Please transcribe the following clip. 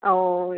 ओ